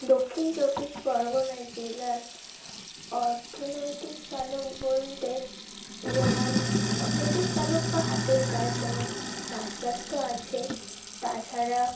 দক্ষিণ চব্বিশ পরগনায় জেলার অর্থনৈতিক চালক বলতে যেমন অর্থনৈতিক চালক বা হাতের কাজ যেমন চাষবাস তো আছেই তাছাড়া